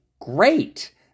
Great